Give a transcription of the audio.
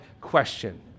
question